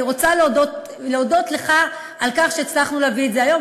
אני רוצה להודות לך על כך שהצלחנו להביא את זה היום,